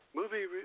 movie